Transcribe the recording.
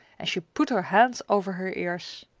and she put her hands over her ears.